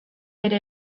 bere